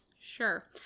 sure